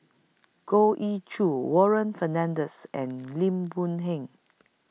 Goh Ee Choo Warren Fernandez and Lim Boon Heng